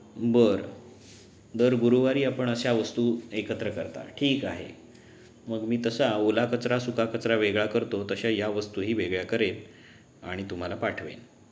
बरं दर गुरुवारी आपण अशा वस्तू एकत्र करता ठीक आहे मग मी तसा ओला कचरा सुका कचरा वेगळा करतो तशा या वस्तूही वेगळ्या करेन आणि तुम्हाला पाठवेन